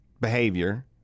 behavior